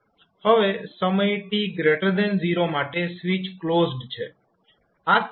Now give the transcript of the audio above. હવે સમય t 0 માટે સ્વીચ ક્લોઝડ છે